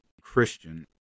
Christian